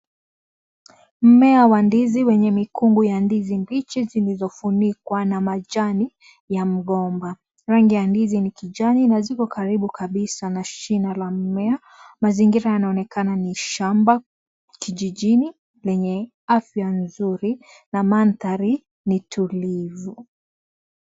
Mmea wa ndizi wenye mikungu ya ndizi mbichi zilizofunikwa na majani ya mgomba. Rangi ya ndizi ni kijani, na ziko karibu kabisa na shina la mmea. Mazingira yanaonekana ni shamba, kijijini lenye afya nzuri na mandhari ni tulivu.